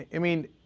i mean,